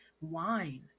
Wine